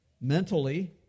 mentally